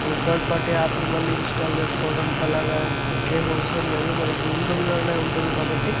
మనం third party యాప్ని మళ్ళీ ఇన్స్టాల్ చేసుకోవడం అలాగా ఏం అవసరం లేదు మనకి ఇన్బుల్డ్ లోనే ఉంటుంది కాబట్టి